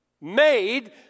made